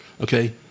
Okay